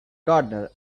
gardener